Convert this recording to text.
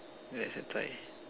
where is your tie